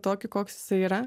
tokį koks jisai yra